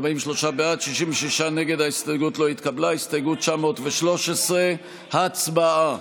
רבותיי, שמות חברי הכנסת על פי הקבוצות הם כדלקמן: